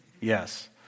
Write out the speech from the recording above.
Yes